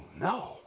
no